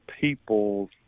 people